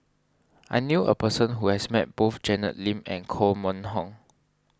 I knew a person who has met both Janet Lim and Koh Mun Hong